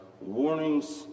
Warnings